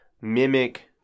mimic